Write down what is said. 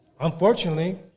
unfortunately